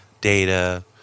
data